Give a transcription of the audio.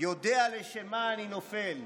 יודע לשם מה אני נופל".